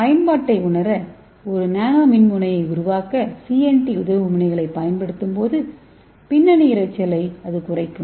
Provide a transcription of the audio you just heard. பயன்பாட்டை உணர ஒரு நானோ மின்முனையை உருவாக்க சிஎன்டி உதவி்முனைகளைப் பயன்படுத்தும்போது பின்னணி இரைச்சலை அது குறைக்கும்